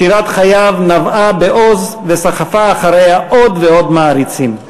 שירת חייו נבעה בעוז וסחפה אחריה עוד ועוד מעריצים.